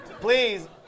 Please